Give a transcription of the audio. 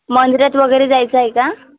मंदिरात वगैरे जायचं आहे का